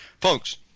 Folks